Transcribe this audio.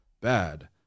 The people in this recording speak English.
bad